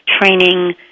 training